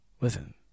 Listen